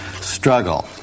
struggle